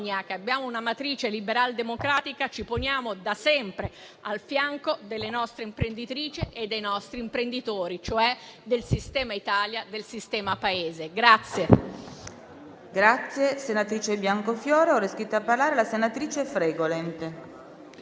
- avendo una matrice liberaldemocratica, ci poniamo da sempre al fianco delle nostre imprenditrici e dei nostri imprenditori, cioè del sistema Italia e del sistema Paese.